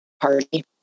party